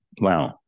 Wow